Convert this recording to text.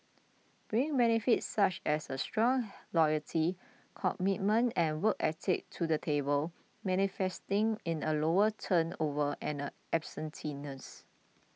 bring benefits such as strong loyalty commitment and work ethic to the table manifesting in a lower turnover and absenteeism